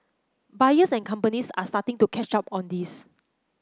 buyers and companies are starting to catch up on this